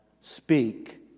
speak